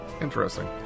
interesting